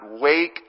wake